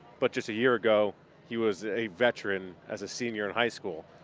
but just a year ago he was a veteran as a senior in high school.